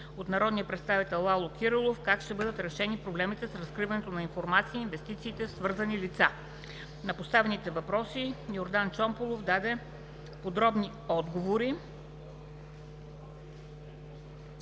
от народния представител Лало Кирилов – как ще бъдат решени проблемите с разкриването на информация и инвестициите в свързани лица? На поставените въпроси господин Йордан Чомпалов даде подробни отговори: